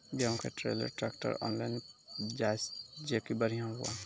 गेहूँ का trailer contractor online जाए जैकी बढ़िया हुआ